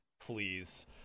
please